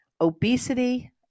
obesity